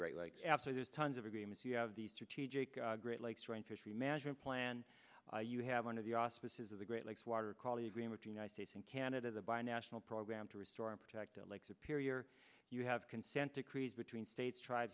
great lakes after there's tons of agreements you have the strategic great lakes right fishery management plan you have under the auspices of the great lakes water quality agreement united states and canada the binational program to restore and protect a lake superior you have consent decrees between states tri